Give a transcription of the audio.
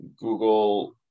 Google